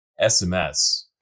SMS